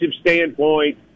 standpoint